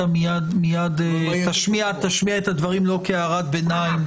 אתה מייד תשמיע את הדברים לא כהערת ביניים,